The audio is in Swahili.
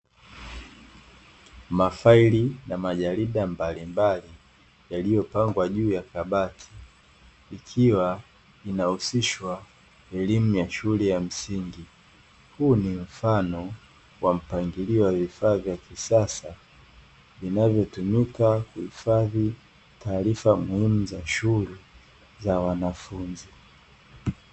Maafaili na majarida mbalimbali yaliyopangwa juu ya kabati ikiwa inahusishwa elimu ya shule ya msingi. Huu ni mfano wa mpangilio wa vifaa vya kisasa vinavyotumika kuhifadhi taarifa muhimu za shughuli za wanafunzi.